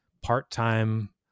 part-time